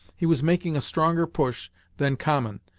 he was making a stronger push than common,